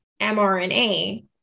MRNA